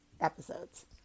episodes